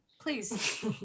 please